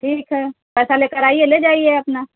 ठीक है पैसा लेकर आइए ले जाइए अपना